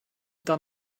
dann